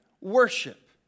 worship